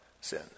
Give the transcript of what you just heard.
sin